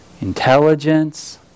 intelligence